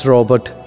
Robert